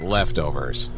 Leftovers